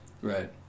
Right